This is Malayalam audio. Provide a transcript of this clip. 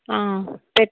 ആ പെ